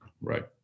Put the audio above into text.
Right